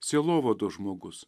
sielovados žmogus